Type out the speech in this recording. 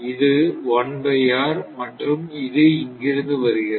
இது மற்றும் இது இங்கிருந்து வருகிறது